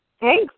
Hey